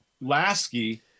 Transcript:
Lasky